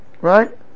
right